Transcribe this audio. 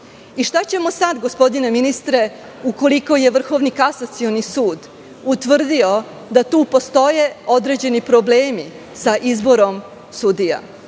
ćemo sada, gospodine ministre, ukoliko je Vrhovni kasacioni sud utvrdio da tu postoje određeni problemi sa izborom sudija?